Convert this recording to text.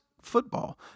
football